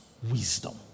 Wisdom